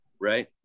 right